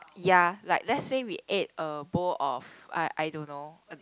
ya like let's say we ate a bowl of I I don't know